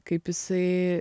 kaip jisai